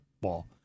ball